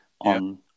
on